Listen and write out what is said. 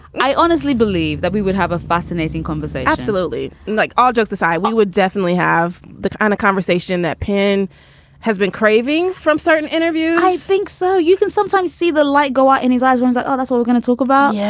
i honestly believe that we would have a fascinating conversation. absolutely like all jokes aside, we would definitely have the kind of conversation that palin has been craving from certain interviews i think so you can sometimes see the light go out in his eyes once. like that's all we're going to talk about. yeah